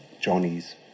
Johnny's